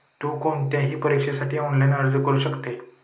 तु कोणत्याही परीक्षेसाठी ऑनलाइन अर्ज करू शकते